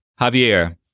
Javier